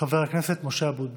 חבר הכנסת משה אבוטבול.